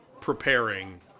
preparing